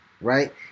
right